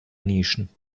nischen